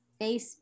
Facebook